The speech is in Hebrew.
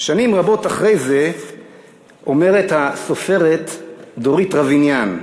שנים רבות אחרי זה אומרת הסופרת דורית רביניאן: